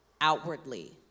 outwardly